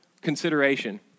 consideration